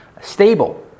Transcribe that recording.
stable